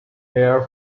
air